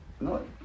No